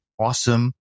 Awesome